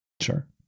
Sure